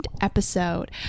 episode